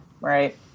Right